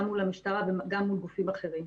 גם מול המשטרה וגם מול גופים אחרים.